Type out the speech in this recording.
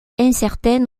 incertaine